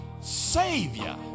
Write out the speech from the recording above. savior